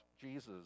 Jesus